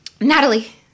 Natalie